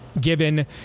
given